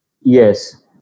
Yes